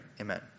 Amen